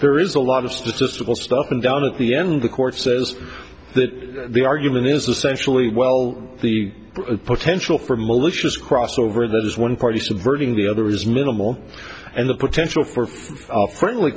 there is a lot of statistical stuff and down at the end the court says that the argument is essentially well the potential for malicious cross over those one party subverting the other is minimal and the potential for a friendly